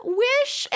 wish